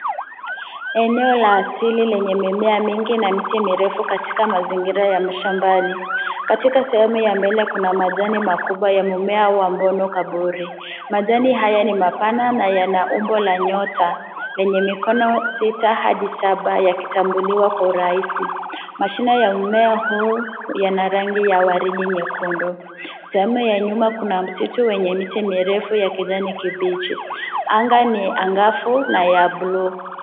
Eneo la asili lenye mimea mingi na miti mirefu katika mazingira ya mashambani. Katika sehemu ya mbele kuna majani makubwa ya mmea wa mbono kaburi. Majani haya ni mapana na yana umbo la nyota lenye mikono sita hadi saba yakitambuliwa kwa urahisi. Mashne ya mmea huu yana rangi ya waridi nyekundu. Sehemu ya nyuma kuna msitu wenye miti mirefu ya kijani kibichi. Anga ni angavu na ya buluu.